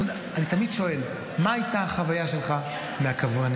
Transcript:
אני תמיד שואל: מה הייתה החוויה שלך מהקברנים?